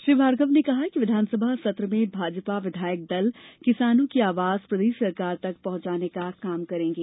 श्री भार्गव ने कहा कि विधानसभा सत्र में भाजपा विधायक दल किसानों की आवाज प्रदेश सरकार तक पहुंचाने का काम करेगें